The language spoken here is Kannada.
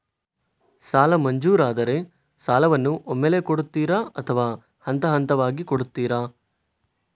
ಸಾಲ ಮಂಜೂರಾದರೆ ಸಾಲವನ್ನು ಒಮ್ಮೆಲೇ ಕೊಡುತ್ತೀರಾ ಅಥವಾ ಹಂತಹಂತವಾಗಿ ಕೊಡುತ್ತೀರಾ?